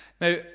Now